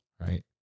right